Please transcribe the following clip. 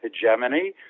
hegemony